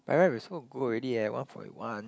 by right we suppose to go already eh one forty one